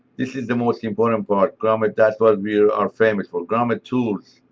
this is the most important part, grommet, that's what we are are famous for, grommet tools.